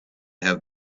have